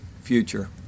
future